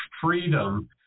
freedom